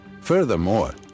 Furthermore